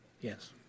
Yes